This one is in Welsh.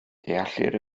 deallir